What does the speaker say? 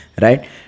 right